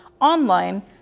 online